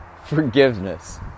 forgiveness